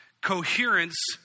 Coherence